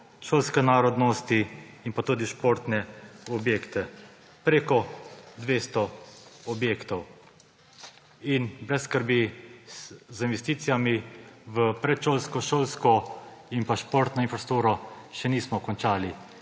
šolske narodnosti in tudi športne objekte. Preko 200 objektov. In brez skrbi, z investicijami v predšolsko, šolsko in športno infrastrukturo še nismo končali.